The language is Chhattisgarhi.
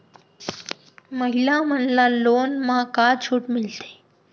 महिला मन ला लोन मा का छूट मिलथे?